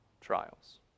trials